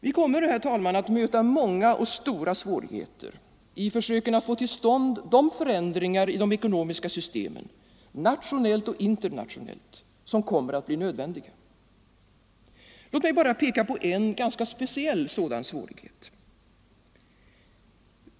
Vi kommer, herr talman, att möta många och stora svårigheter i försöken att få till stånd de förändringar i de ekonomiska systemen, nationellt och internationellt, som kommer att bli nödvändiga. Låt mig bara peka på en, ganska speciell, sådan svårighet.